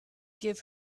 give